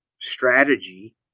strategy